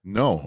no